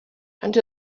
and